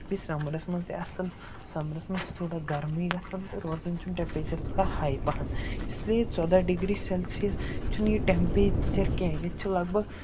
بیٚیہِ سَمرَس منٛز تہِ اَصٕل سَمرَس منٛز چھِ تھوڑا گرمی گژھان تہٕ روزان چھُ ٹٮ۪مپیچَر تھوڑا ہاے پَہَم اِسلیے ژۄداہ ڈِگری سٮ۪لسِیَس چھُنہٕ یہِ ٹٮ۪مپیچَر کینٛہہ ییٚتہِ چھِ لگ بگ